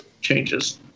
changes